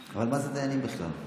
מכיוון, אבל מה זה דיינים בכלל?